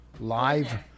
live